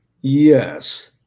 Yes